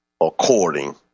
according